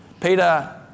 Peter